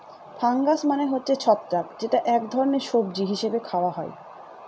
fungus মানে হচ্ছে ছত্রাক যেটা এক ধরনের সবজি হিসেবে খাওয়া হয়